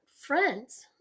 friends